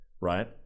right